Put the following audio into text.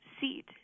seat